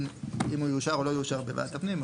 אם הוא יאושר או לא יאושר בוועדת הפנים.